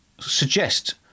suggest